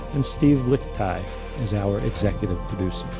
and steve lickteig is our executive producer.